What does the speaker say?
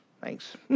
Thanks